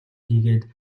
хийгээд